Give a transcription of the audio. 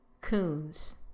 Coons